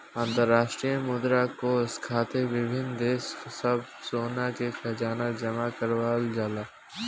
अंतरराष्ट्रीय मुद्रा कोष खातिर विभिन्न देश सब सोना के खजाना जमा करावल जाला